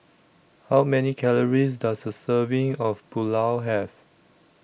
How Many Calories Does A Serving of Pulao Have